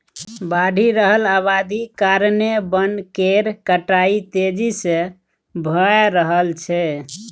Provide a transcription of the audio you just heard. बढ़ि रहल अबादी कारणेँ बन केर कटाई तेजी से भए रहल छै